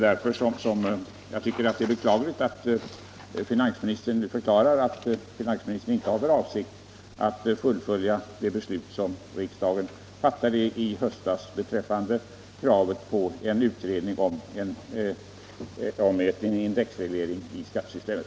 Därför tycker jag att det är beklagligt att finansministern nu förklarar att finansministern inte har för avsikt att fullfölja det beslut som riksdagen fattade i höstas beträffande kravet på utredning om en indexreglering av skattesystemet.